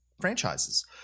franchises